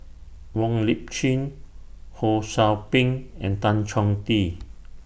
Wong Lip Chin Ho SOU Ping and Tan Chong Tee